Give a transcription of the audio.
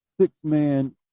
six-man